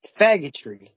faggotry